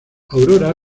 aurora